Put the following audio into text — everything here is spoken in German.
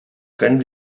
können